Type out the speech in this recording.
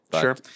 sure